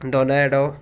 Donato